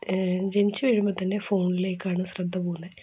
ജനിച്ചുവീഴുമ്പം തന്നെ ഫോണിലേക്കാണ് ശ്രദ്ധപോകുന്നത്